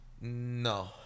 No